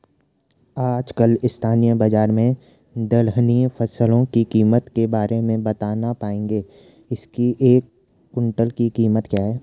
आजकल स्थानीय बाज़ार में दलहनी फसलों की कीमत के बारे में बताना पाएंगे इसकी एक कुन्तल की कीमत क्या है?